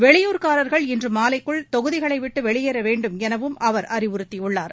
வெளியூர்காரர்கள் இன்று மாலைக்குள் தொகுதிகளை விட்டு வெளியேற வேண்டும் எனவும் அவர் அறிவுறுத்தியுள்ளார்